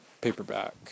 paperback